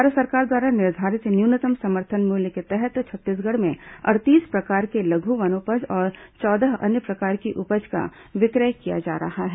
भारत सरकार द्वारा निर्धारित न्यूनतम समर्थन मूल्य के तहत छत्तीसगढ़ में अड़तीस प्रकार के लघु वनोपज और चौदह अन्य प्रकार की उपज का विक्रय किया जा रहा है